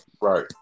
Right